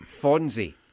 Fonzie